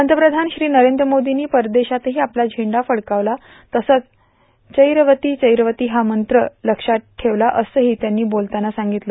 पंतप्रधान श्री नरेंद्र मोर्दीनी परदेशातही आपला झेंडा फडकावला तसंच चरैवती चरैवती हा मंत्र लक्षात ठेवला असंही त्यांनी बोलताना सांगितलं